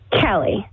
Kelly